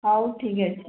ହେଉ ଠିକ୍ ଅଛି